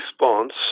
response